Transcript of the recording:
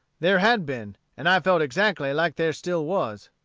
there had been, and i felt exactly like there still was.